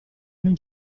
non